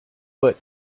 foot